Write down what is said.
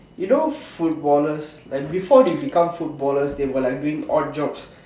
you know footballers like before they become footballers they were like doing odd jobs